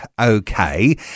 okay